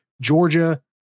Georgia